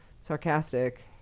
Sarcastic